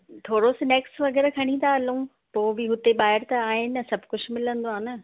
थोरो स्नेक्स वग़ैरह खणी था हलूं पोइ बि हुते ॿाहिरि त आहे न सभु कुझु मिलंदो आहे न